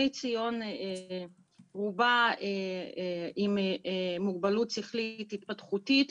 ציון רובה עם מוגבלות שכלית-התפתחותית,